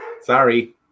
sorry